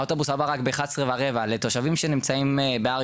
האוטובוס הבא רק ב- 23:15. לתושבים שנמצאים בהר